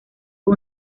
fue